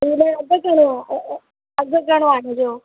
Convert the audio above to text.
त अघु घणो अ अघु घणो आहे हिनजो